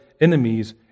enemies